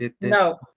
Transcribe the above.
no